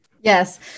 Yes